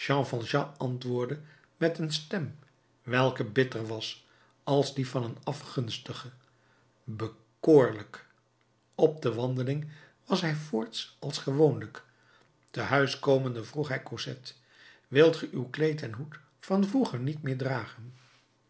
antwoordde met een stem welke bitter was als die van een afgunstige bekoorlijk op de wandeling was hij voorts als gewoonlijk te huis komende vroeg hij cosette wilt ge uw kleed en hoed van vroeger niet meer dragen